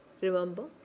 remember